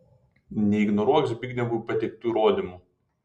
neignoruok zbignevui pateiktų įrodymų